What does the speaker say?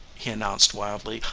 he announced wildly.